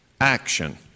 action